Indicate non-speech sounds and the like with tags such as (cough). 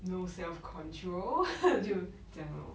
no self control (laughs) 就这样 lor